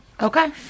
Okay